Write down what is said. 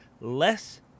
less